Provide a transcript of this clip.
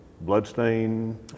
bloodstain